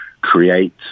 create